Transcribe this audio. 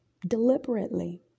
deliberately